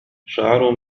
شعر